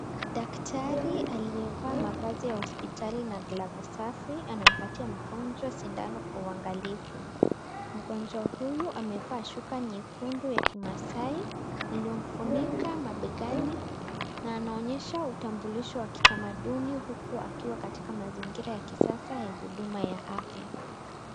Daktari aliyevaa mavazi ya hospitali na glovu safi anampatia mgonjwa sindani kwa uangalifu. Mgonjwa huyu amevaa shuka nyekundu ya kimasai, iliyofunika mabegani na anaonyesha utambulisho wa kitamaduni huku akiwa kwenye mazingira ya kisasa ya huduma ya afya.